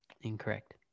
Incorrect